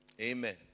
Amen